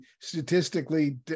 statistically